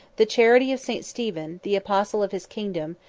the charity of st. stephen, the apostle of his kingdom,